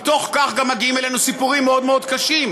מתוך כך גם מגיעים אלינו סיפורים מאוד מאוד קשים,